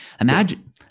Imagine